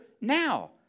now